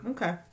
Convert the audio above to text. Okay